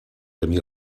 camí